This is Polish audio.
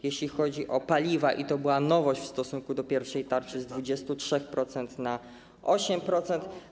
Jeśli chodzi o paliwa, i to była nowość w stosunku do pierwszej tarczy, z 23% na 8%.